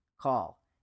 call